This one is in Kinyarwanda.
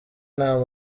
nta